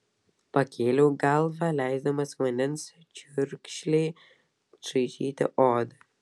pakėliau galvą leisdamas vandens čiurkšlei čaižyti odą